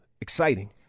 exciting